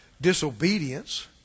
disobedience